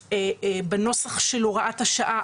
בנוסח של הוראת השעה